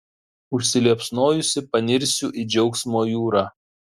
užsiliepsnojusi panirsiu į džiaugsmo jūrą